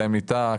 כלי מיטה,